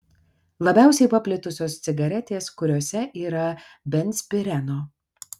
labiausiai paplitusios cigaretės kuriose yra benzpireno